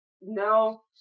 no